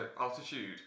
altitude